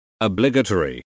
obligatory